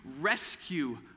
rescue